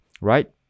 right